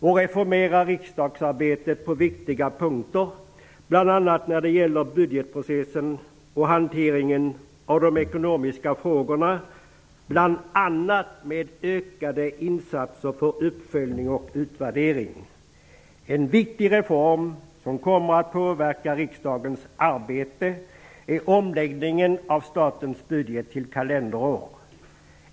Vi reformerar riksdagsarbetet på viktiga punkter, bl.a. när det gäller budgetprocessen och hanteringen av de ekonomiska frågorna -- bl.a. med ökade insatser för uppföljningar och utvärderingar. En viktig reform som kommer att påverka riksdagens arbete är omläggningen av statens budget till kalenderår.